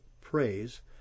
praise